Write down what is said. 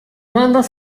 bandas